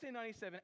1997